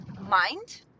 mind